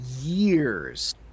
years